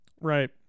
Right